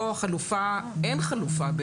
כאן אין חלופה.